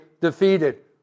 defeated